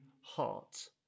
heart